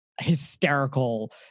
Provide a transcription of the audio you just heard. hysterical